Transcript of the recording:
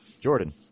Jordan